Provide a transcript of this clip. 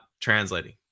translating